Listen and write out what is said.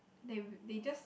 they they just